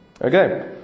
Okay